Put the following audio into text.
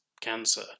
cancer